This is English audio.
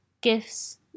gift's